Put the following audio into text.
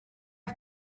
are